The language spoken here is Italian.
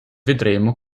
vedremo